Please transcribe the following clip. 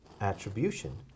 attribution